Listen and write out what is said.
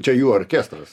čia jų orkestras